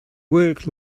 work